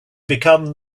become